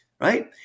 right